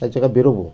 এক জায়গায় বেরবো